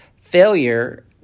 failure